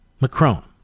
Macron